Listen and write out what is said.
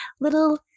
little